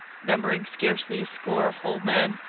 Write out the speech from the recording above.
numbering scarcely a score of whole men,